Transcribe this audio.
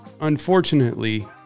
unfortunately